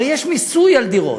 הרי יש מיסוי על דירות.